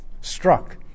struck